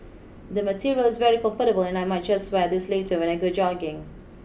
the material is very comfortable and I might just wear this later when I go jogging